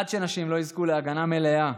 עד שנשים לא יזכו להגנה מלאה,